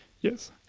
Yes